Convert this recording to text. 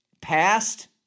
Past